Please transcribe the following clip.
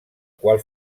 qual